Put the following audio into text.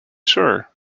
sure